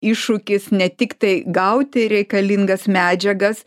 iššūkis ne tiktai gauti reikalingas medžiagas